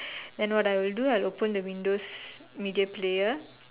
then what I will do I open the windows media player